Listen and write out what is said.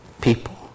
people